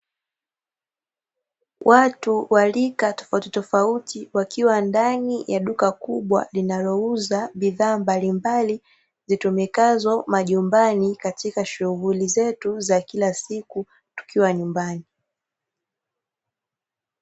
Watu wa rika tofautitofauti, wakiwa ndani ya duka kubwa linalouza bidhaa mbalimbali, zitumikazo majumbani katika shughuli zetu za kila siku tukiwa nyumbani.